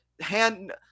hand